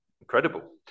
Incredible